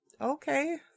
Okay